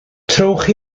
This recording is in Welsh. trowch